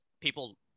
people